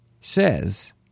says